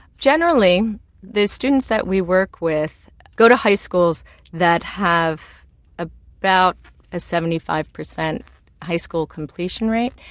generally the students that we work with go to high schools that have ah about a seventy five percent high school completion rate,